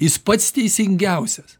jis pats teisingiausias